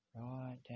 right